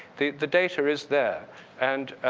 the the data is there and